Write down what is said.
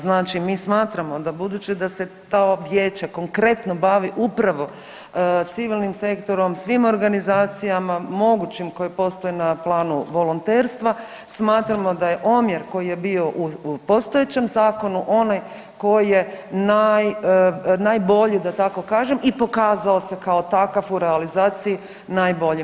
Znači mi smatramo da budući da se to vijeće konkretno bavi upravo civilnim sektorom, svim organizacijama mogućim koje postoje na planu volonterstva smatramo da je omjer koji je bio u postojećem zakonu onaj koji je najbolji da tako kažem i pokazao se kao takav u realizaciji najboljim.